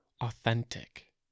authentic